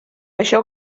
això